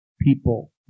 People